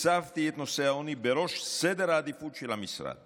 הצבתי את נושא העוני בראש סדר העדיפויות של המשרד